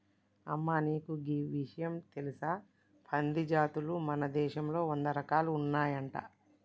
అమ్మ నీకు గీ ఇషయం తెలుసా పంది జాతులు మన దేశంలో వంద రకాలు ఉన్నాయంట